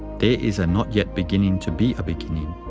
there is a not yet beginning to be a beginning.